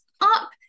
up